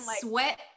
sweat